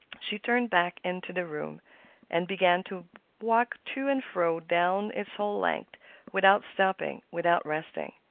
she turned back into the room and began to walk to and fro down its whole length without stopping, without resting.